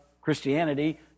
Christianity